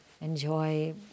enjoy